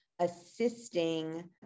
assisting